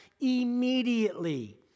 immediately